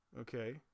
okay